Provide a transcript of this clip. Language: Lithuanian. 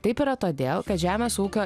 taip yra todėl kad žemės ūkio